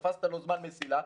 תפסת לו זמן מסילה,